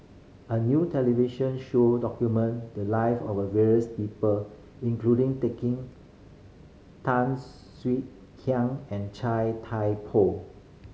a new television show document the live of various people including Tan Swie Hian and Chai Thai Poh